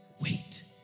wait